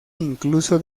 incluso